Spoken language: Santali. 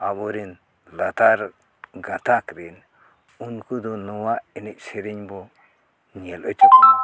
ᱟᱵᱚᱨᱮᱱ ᱞᱟᱛᱟᱨ ᱜᱟᱛᱟᱠ ᱨᱮᱱ ᱩᱱᱠᱩ ᱫᱚ ᱱᱚᱣᱟ ᱮᱱᱮᱡ ᱥᱮᱨᱮᱧ ᱵᱚᱱ ᱧᱮᱞ ᱦᱚᱪᱚ ᱠᱚᱢᱟ